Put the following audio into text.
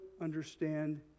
understand